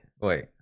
wait